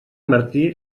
martí